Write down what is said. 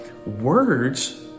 Words